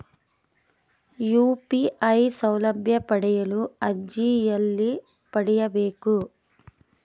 UPI ಸೌಲಭ್ಯ ಪಡೆಯಲು ಅರ್ಜಿ ಎಲ್ಲಿ ಪಡಿಬೇಕು?